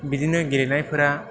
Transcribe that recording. बिदिनो गेलेनायफोरा